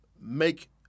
make